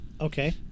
Okay